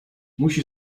musi